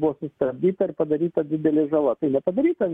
buvo sustabdyta ir padaryta didelė žala nepadaryta